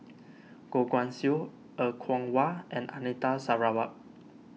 Goh Guan Siew Er Kwong Wah and Anita Sarawak